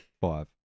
five